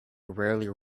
rarely